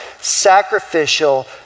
sacrificial